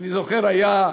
אני זוכר שרביץ,